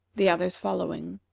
the others following.